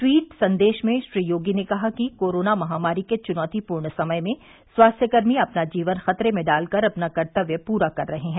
tweet संदेश में श्री योगी ने कहा कि कोरोना महामारी के चुनौतीपूर्ण समय में स्वास्थ्यकर्मी अपना जीवन खतरे में डालकर अपना कर्तव्य पूरा कर रहे हैं